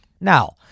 Now